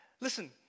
listen